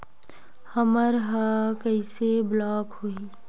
हमर ह कइसे ब्लॉक होही?